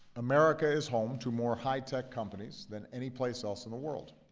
america is home to more high-tech companies than anyplace else in the world.